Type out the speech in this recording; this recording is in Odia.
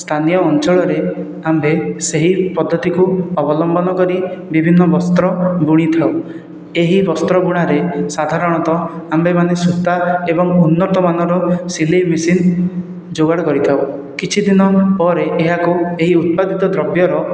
ସ୍ଥାନୀୟ ଅଞ୍ଚଳରେ ଆମ୍ଭେ ସେହି ପଦ୍ଧତିକୁ ଅବଲମ୍ବନ କରି ବିଭିନ୍ନ ବସ୍ତ୍ର ବୁଣି ଥାଉ ଏହି ବସ୍ତ୍ର ବୁଣାରେ ସାଧାରଣତଃ ଆମ୍ଭେମାନେ ସୂତା ଓ ଉନ୍ନତମାନର ସିଲାଇ ମେସିନ ଯୋଗାଡ଼ କରିଥାଉ କିଛି ଦିନ ପରେ ଏହାକୁ ଏହି ଉତ୍ପାଦିତ ଦ୍ରବ୍ୟର